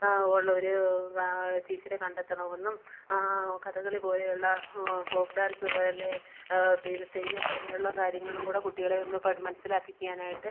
ഉള്ളൊരു ടീച്ചറെ കണ്ടെത്തണവെന്നും കഥകളി പോലെയുള്ള ഫോക്ക് ഡാൻസ് പോലെ പിന്നെ തെയ്യം പോലെയുള്ള കാര്യങ്ങളും കൂടെ കുട്ടികളെ ഒന്നു മനസ്സിലാക്കി ചെയ്യാനായിട്ട്